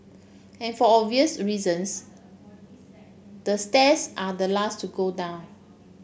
and for obvious reasons the stairs are the last to go down